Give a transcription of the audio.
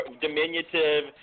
diminutive